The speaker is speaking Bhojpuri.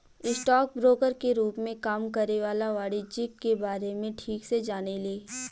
स्टॉक ब्रोकर के रूप में काम करे वाला वाणिज्यिक के बारे में ठीक से जाने ले